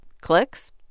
clicks